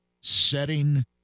setting